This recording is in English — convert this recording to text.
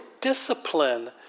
discipline